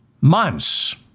months